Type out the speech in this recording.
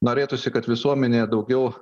norėtųsi kad visuomenė daugiau